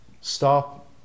Stop